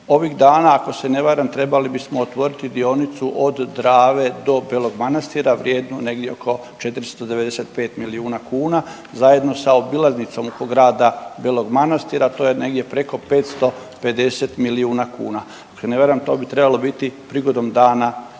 Ovih dana ako se ne varam trebali bismo otvoriti dionicu od Drave do Belog Manastira vrijednu negdje oko 495 milijuna kuna zajedno sa obilaznicom oko grada Belog Manastira, to je negdje preko 550 milijuna kuna, ako se ne varam to bi trebalo biti prigodom Dana